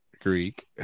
Greek